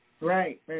Right